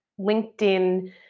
LinkedIn